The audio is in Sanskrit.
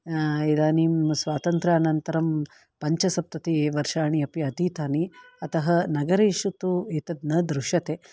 इदानीं स्वातन्त्रानन्तरं पञ्चसप्ततिवर्षाणि अपि अतीतानि अतः नगरेषु तु एतत् न दृश्यते